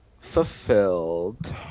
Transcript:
fulfilled